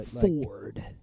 Ford